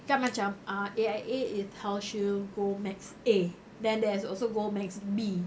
kan macam ah A_I_A is healthshield gold max A then there is also gold max B